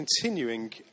continuing